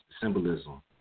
symbolism